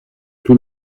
tout